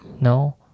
No